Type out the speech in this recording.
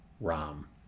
Rom